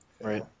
Right